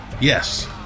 Yes